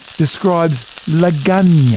describes lagana,